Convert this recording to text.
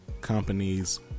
companies